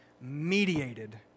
mediated